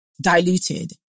diluted